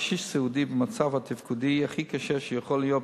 קשיש סיעודי במצב התפקודי הכי קשה שיכול להיות